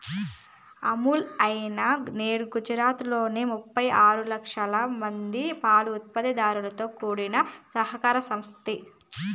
అమూల్ అనేది నేడు గుజరాత్ లోని ముప్పై ఆరు లక్షల మంది పాల ఉత్పత్తి దారులతో కూడిన సహకార సంస్థ